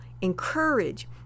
encourage